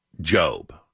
Job